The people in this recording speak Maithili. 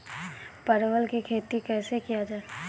परवल की खेती कैसे किया जाय?